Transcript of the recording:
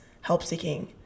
help-seeking